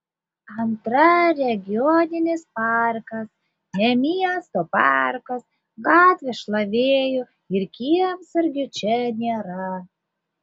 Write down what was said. antra regioninis parkas ne miesto parkas gatvės šlavėjų ir kiemsargių čia nėra